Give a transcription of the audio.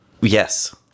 Yes